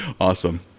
Awesome